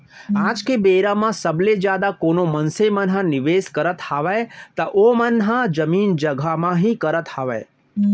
आज के बेरा म सबले जादा कोनो मनसे मन ह निवेस करत हावय त ओमन ह जमीन जघा म ही करत हावय